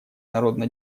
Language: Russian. народно